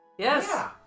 Yes